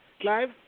Clive